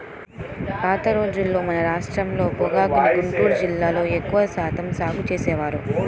పాత రోజుల్లో మన రాష్ట్రంలో పొగాకుని గుంటూరు జిల్లాలో ఎక్కువ శాతం సాగు చేసేవారు